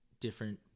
different